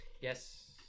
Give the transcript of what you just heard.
Yes